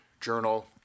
journal